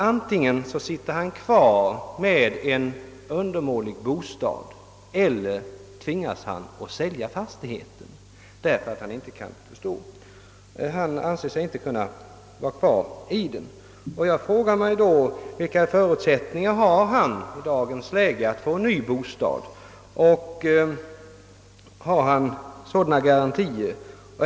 Antingen sitter han kvar med en undermålig bostad eller också tvingas han att sälja sin jordbruksfastighet, eftersom han inte anser sig kunna bo kvar i bostaden. Vilka förutsättningar har han i dagens läge att få en ny bostad?